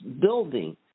building